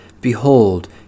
Behold